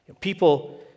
People